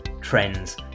trends